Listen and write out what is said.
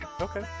Okay